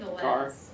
car